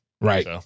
Right